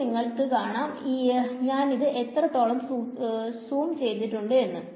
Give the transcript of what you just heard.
ഇനി നിങ്ങൾക്ക് കാണാം ഞാൻ ഇത് എത്രത്തോളം സൂം ചെയ്തിട്ടുണ്ട് എന്നു